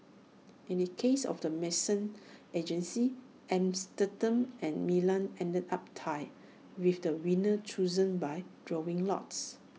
in the case of the medicines agency Amsterdam and Milan ended up tied with the winner chosen by drawing lots